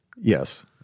Yes